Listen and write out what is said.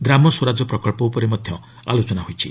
ଗ୍ରାମ ସ୍ୱରାଜ୍ୟ ପ୍ରକଳ୍ପ ଉପରେ ମଧ୍ୟ ଆଲୋଚନା କରାଯାଇଛି